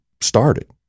started